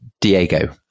Diego